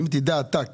אם תדע אתה,